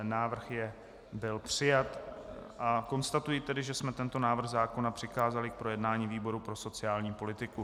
Návrh byl přijat a konstatuji tedy, že jsme tento návrh zákona přikázali k projednání výboru pro sociální politiku.